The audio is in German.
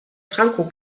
franko